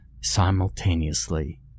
simultaneously